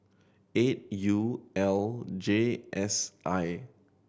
eight U L J S I